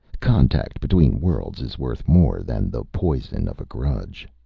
contact between worlds is worth more than the poison of a grudge.